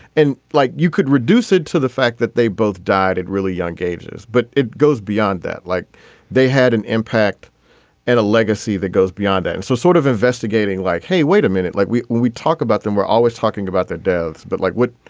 and like you could reduce it to the fact that they both died and really young gauges. but it goes beyond that like they had an impact and a legacy that goes beyond that and so sort of investigating like hey wait a minute. like when we talk about them we're always talking about their deaths but like what.